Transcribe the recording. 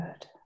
good